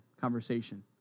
conversation